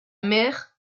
mère